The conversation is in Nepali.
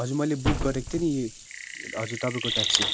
हजुर मैले बुक गरेको थिएँ नि हजुर तपाईँको ट्याक्सी